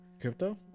crypto